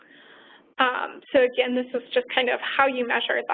um so again, this is just kind of how you measure them.